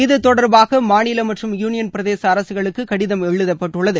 இது தொடர்பாக மாநில மற்றும் யூனியன் பிரதேச அரசுகளுக்கு கடிதம் எழுதப்பட்டுள்ளது